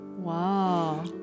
Wow